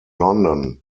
london